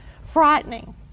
frightening